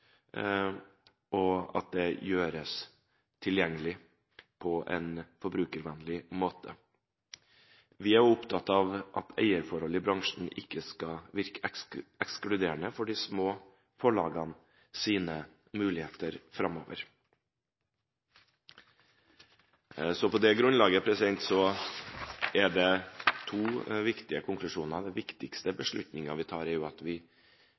og at det gjøres tilgjengelig på en forbrukervennlig måte. Vi er opptatt av at eierforholdene i bransjen ikke skal virke ekskluderende for de små forlagenes muligheter framover. På det grunnlaget kan vi trekke to viktige konklusjoner: Den viktigste beslutningen er at vi